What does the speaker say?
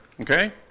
okay